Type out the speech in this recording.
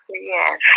Yes